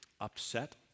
upset